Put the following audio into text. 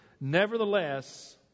Nevertheless